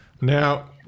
Now